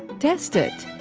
test it!